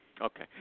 Okay